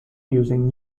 using